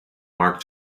mark